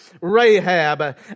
Rahab